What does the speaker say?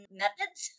methods